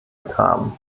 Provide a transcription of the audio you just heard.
rahmen